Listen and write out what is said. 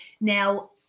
Now